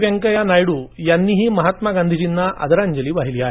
वेंकैया नायडू यांनीही महात्मा गांधीजीना आदरांजली वाहिली आहे